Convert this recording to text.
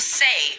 say